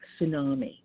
tsunami